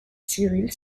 cyril